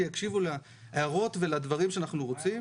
שיקשיבו להערות ולדברים שאנחנו רוצים.